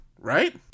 right